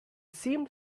seemed